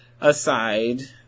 aside